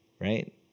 right